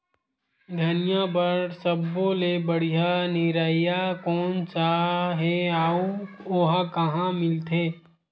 धनिया बर सब्बो ले बढ़िया निरैया कोन सा हे आऊ ओहा कहां मिलथे?